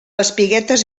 espiguetes